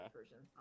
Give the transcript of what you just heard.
version